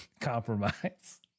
Compromise